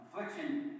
affliction